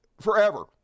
forever